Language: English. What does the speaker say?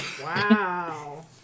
Wow